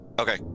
Okay